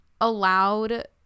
allowed